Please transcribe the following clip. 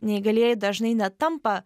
neįgalieji dažnai netampa